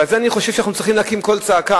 ועל זה אני חושב שאנחנו צריכים להקים קול צעקה,